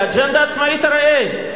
כי אג'נדה עצמאית הרי אין.